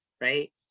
Right